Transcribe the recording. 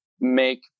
make